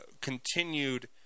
continued